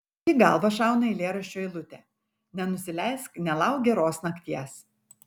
į galvą šauna eilėraščio eilutė nenusileisk nelauk geros nakties